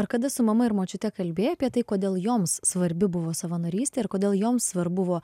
ar kada su mama ir močiute kalbėjai apie tai kodėl joms svarbi buvo savanorystė ir kodėl joms svarbu